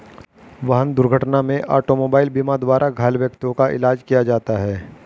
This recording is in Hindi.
वाहन दुर्घटना में ऑटोमोबाइल बीमा द्वारा घायल व्यक्तियों का इलाज किया जाता है